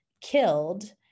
killed